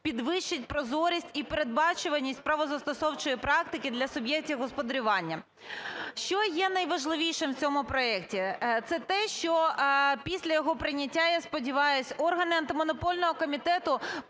підвищить прозорість і передбачуваність правозастосовчої практики для суб'єктів господарювання. Що є найважливішим у цьому проекті? Це те, що після його прийняття, я сподіваюсь, органи Антимонопольного комітету